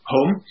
Home